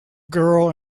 girl